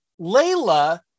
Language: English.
Layla